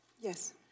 Yes